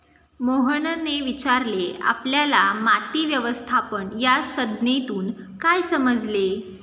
मोहनने विचारले आपल्याला माती व्यवस्थापन या संज्ञेतून काय समजले?